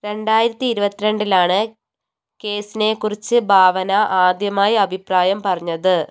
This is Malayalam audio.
രണ്ടായിരത്തി ഇരുപത്തി രണ്ടിലാണ് കേസിനെക്കുറിച്ച് ഭാവന ആദ്യമായി അഭിപ്രായം പറഞ്ഞത്